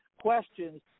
questions